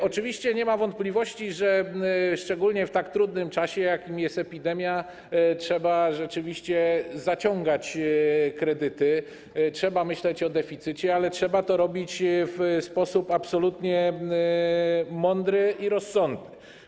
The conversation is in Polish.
Oczywiście nie ma wątpliwości, że szczególnie w tak trudnym czasie, jakim jest epidemia, trzeba zaciągać kredyty, trzeba myśleć o deficycie, ale trzeba to robić w sposób absolutnie mądry i rozsądny.